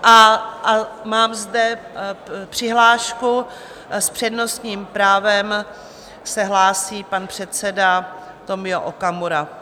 A mám zde přihlášku, s přednostním právem se hlásí pan předseda Tomio Okamura.